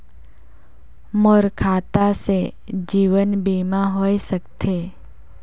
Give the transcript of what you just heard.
मोर खाता से जीवन बीमा होए सकथे?